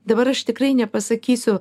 dabar aš tikrai nepasakysiu